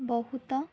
ବହୁତ